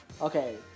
Okay